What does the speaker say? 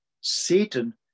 Satan